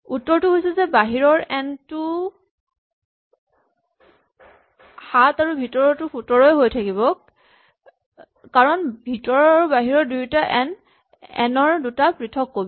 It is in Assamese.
উত্তৰটো হৈছে যে বাহিৰৰ এন টো ৭ আৰু ভিতৰৰটো ১৭ এই হৈ থাকিব কাৰণ ভিতৰৰ আৰু বাহিৰৰ দুয়োটা এন এন ৰ দুটা পৃথক কপি